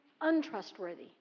Untrustworthy